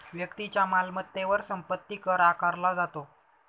व्यक्तीच्या मालमत्तेवर संपत्ती कर आकारला जातो